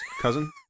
cousin